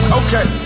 okay